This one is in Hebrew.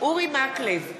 אורי מקלב,